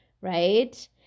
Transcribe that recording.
right